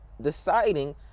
deciding